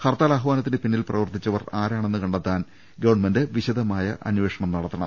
ഹർത്താൽ ആഹ്വാനത്തിന് പിന്നിൽ പ്രവർത്തിച്ചവർ ആരാണെന്ന് കണ്ടെത്താൻ ഗവൺമെന്റ് വിശദ മായ അന്വേഷണം നടത്തണം